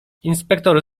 inspektor